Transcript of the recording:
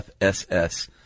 FSS